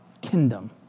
kingdom